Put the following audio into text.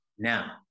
Now